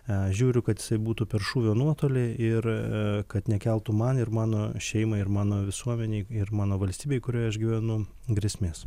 a žiuriu kad jisai būtų per šūvio nuotolį ir kad nekeltų man ir mano šeimai ir mano visuomenei ir mano valstybei kurioj aš gyvenu grėsmės